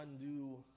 undo